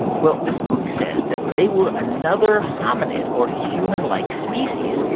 well, this book says that they were another hominid, or humanlike species,